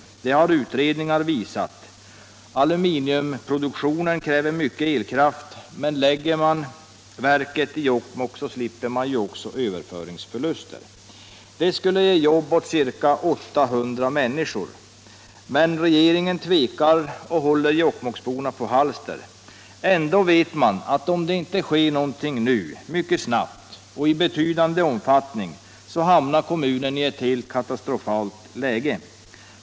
Det har utredningar visat. Aluminiumproduktion kräver mycken elkraft, men lägger man verket i Jokkmokk slipper man överföringsförluster. Aluminiumprojektet skulle ge jobb åt ca 800 människor. Men regeringen tvekar och håller jokkmokksborna på halster. Ändå vet man att om det inte sker någonting nu, mycket snabbt och i betydande omfattning, så hamnar kommunen i ett helt katastrofalt läge.